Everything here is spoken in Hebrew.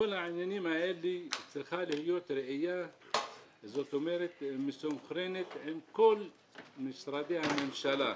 בכל הנושאים האלה צריכה להיות ראייה מסונכרנת עם כל משרדי הממשלה.